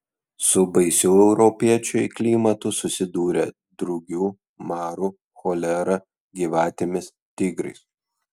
su baisiu europiečiui klimatu susidūrė drugiu maru cholera gyvatėmis tigrais